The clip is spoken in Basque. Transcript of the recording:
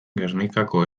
gernikako